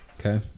okay